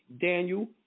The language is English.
Daniel